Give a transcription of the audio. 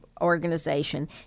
Organization